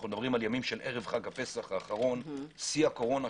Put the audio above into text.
מדברים על ימי ערב חג הפסח האחרון שיא הקורונה,